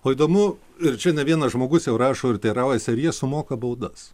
o įdomu ir čia ne vienas žmogus jau rašo ir teiraujasi ar jie sumoka baudas